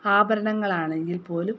ആഭരണങ്ങൾ ആണെങ്കിൽപ്പോലും